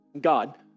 God